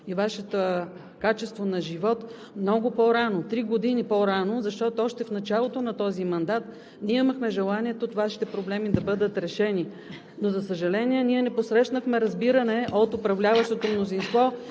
статут и качеството Ви на живот, много по-рано – три години по-рано, защото още в началото на този мандат ние имахме желанието Вашите проблеми да бъдат решени. За съжаление, не срещнахме разбиране от управляващото мнозинство